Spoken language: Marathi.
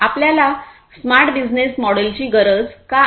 आपल्याला स्मार्ट बिझिनेस मॉडेलची गरज का आहे